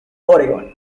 oregón